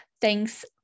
thanks